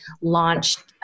launched